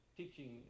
teaching